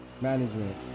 Management